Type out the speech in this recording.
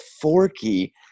forky